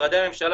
משרדי הממשלה,